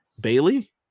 Bailey